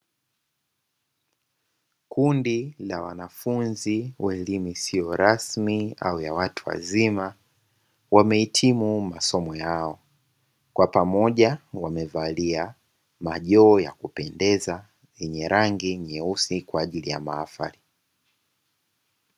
Kundi la wanafunzi wa elimu isio rasmi au ya watu wazima wamehitimu masomo yao, kwa pamoja wamevalia majoho ya kupendeza yenye rangi nyeusi kwa ajili ya mahafali.